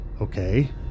Okay